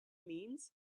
means